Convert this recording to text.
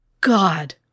God